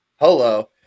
Hello